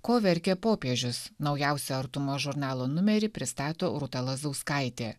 ko verkė popiežius naujausią artumos žurnalo numerį pristato rūta lazauskaitė